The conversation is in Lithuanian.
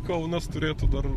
kaunas turėtų dar